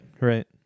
right